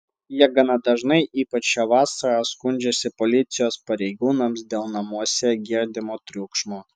jie gana dažnai ypač šią vasarą skundžiasi policijos pareigūnams dėl namuose girdimo triukšmo